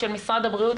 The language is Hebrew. של משרד הבריאות,